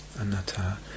anatta